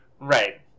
right